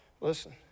Listen